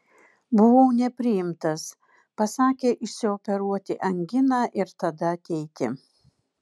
buvau nepriimtas pasakė išsioperuoti anginą ir tada ateiti